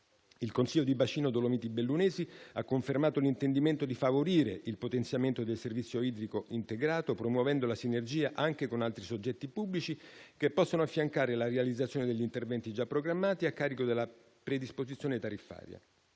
Il consiglio di bacino "Dolomiti Bellunesi" ha confermato l'intendimento di favorire il potenziamento del servizio idrico integrato, promuovendo la sinergia anche con altri soggetti pubblici che possono affiancare la realizzazione degli interventi già programmati a carico della predisposizione tariffaria.